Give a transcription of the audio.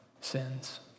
sins